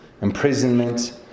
imprisonment